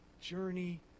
journey